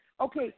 Okay